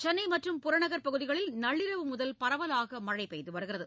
சென்னை மற்றும் புறநகர் பகுதிகளில் நள்ளிரவு முதல் பரவலாக மழை பெய்து வருகிறது